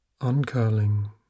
Uncurling